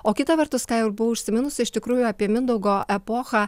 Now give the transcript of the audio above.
o kita vertus ką jau ir buvau užsiminusi iš tikrųjų apie mindaugo epochą